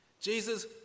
Jesus